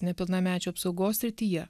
nepilnamečių apsaugos srityje